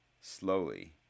Slowly